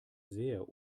sehr